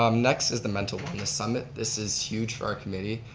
um next is the mental wellness summit. this is huge for our committee.